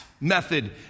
method